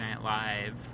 Live